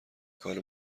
کار